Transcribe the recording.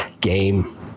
game